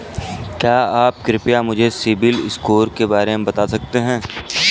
क्या आप कृपया मुझे सिबिल स्कोर के बारे में बता सकते हैं?